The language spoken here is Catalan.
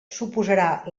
suposarà